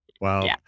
Wow